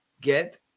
Get